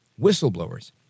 Whistleblowers